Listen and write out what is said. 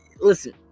listen